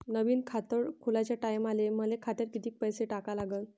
नवीन खात खोलाच्या टायमाले मले खात्यात कितीक पैसे टाका लागन?